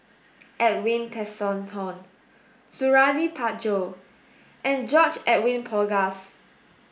Edwin Tessensohn Suradi Parjo and George Edwin Bogaars